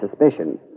suspicion